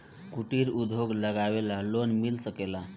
कुटिर उद्योग लगवेला लोन मिल सकेला?